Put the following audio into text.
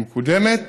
היא מקודמת,